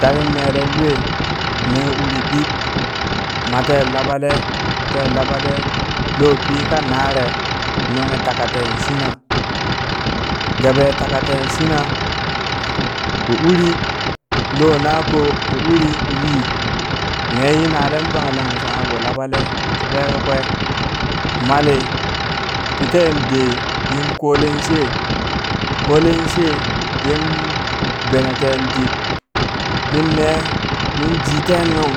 Tatin nelen lue nunghi uri ɗi ma ten laɓale ten laɓale lo pi ka nare nunghi takaten shina gaɓe taka ten shina ɓo uri lo nako ɓo uri ywi me yi nalen banglang shangha ɓo laɓale ti ɓekakwe mali piten de yin kolen she kolen she yin beneten dit mine min ji ten nung